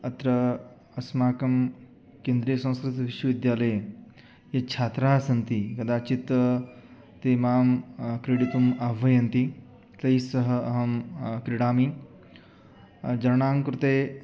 अत्र अस्माकं केन्द्रियसंस्कृतविश्वविद्यालये ये छात्राः सन्ति कदाचित् ते मां क्रीडितुम् आह्वयन्ति तैः सह अहं क्रीडामि जनानां कृते